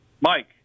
Mike